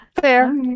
Fair